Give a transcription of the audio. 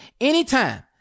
anytime